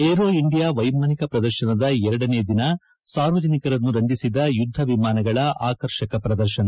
aero India ವೈಮಾನಿಕ ಪ್ರದರ್ಶನದ ಎರಡನೇ ದಿನ ಸಾರ್ವಜನಿಕರನ್ನು ರಂಜಿಸಿದ ಯುದ್ದ ವಿಮಾನಗಳ ಆಕರ್ಷಕ ಪ್ರದರ್ಶನ